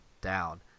down